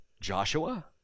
Joshua